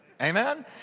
Amen